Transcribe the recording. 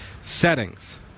Settings